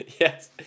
yes